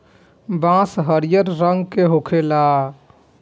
बांस हरियर रंग के होखेला